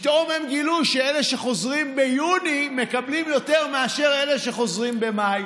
פתאום הם גילו שאלה שחוזרים ביוני מקבלים יותר מאשר אלה שחוזרים במאי.